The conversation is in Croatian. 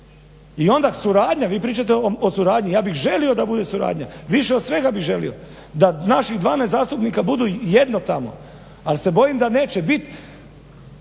I onda suradnja. Vi pričate o suradnji. Ja bih želi da bude suradnja, više od svega bih želio da naših 12 zastupnika budu jedno tamo, ali se bojim da neće bit.